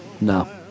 No